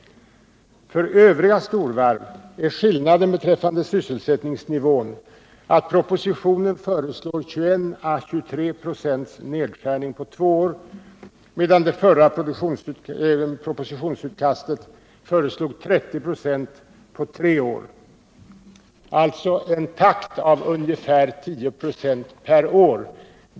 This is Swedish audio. För övriga storvarv är skillnaderna beträffande sysselsättningsnivån att propositionen föreslår 21-23 26 nedskärning på två år medan det tidigare propositionsutkastet föreslog 30 96 på tre år, dvs. en takt av ungefär 10 96 per år.